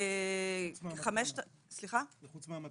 חוץ מהמטרנה.